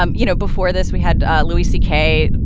um you know, before this we had louis c k.